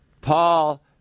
Paul